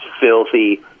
filthy